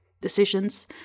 decisions